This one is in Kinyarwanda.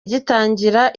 igitangira